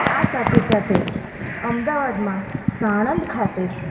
આ સાથે સાથે અમદાવાદમાં સાણંદ ખાતે